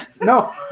no